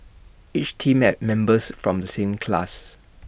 each team had members from the same class